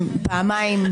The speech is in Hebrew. זה קרה פעמים.